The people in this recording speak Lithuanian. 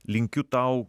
linkiu tau